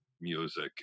music